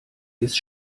ist